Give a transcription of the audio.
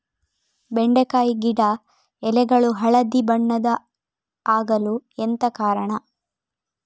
ಬೆಂಡೆಕಾಯಿ ಗಿಡ ಎಲೆಗಳು ಹಳದಿ ಬಣ್ಣದ ಆಗಲು ಎಂತ ಕಾರಣ?